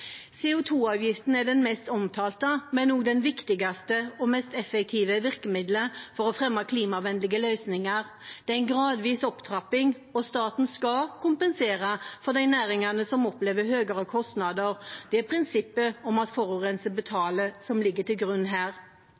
er det mest omtalte, men også det viktigste og mest effektive virkemiddelet for å fremme klimavennlige løsninger. Det er en gradvis opptrapping, og staten skal kompensere for de næringene som opplever høyere kostnader. Det er prinsippet om at forurenser betaler, som ligger til grunn her.